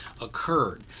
occurred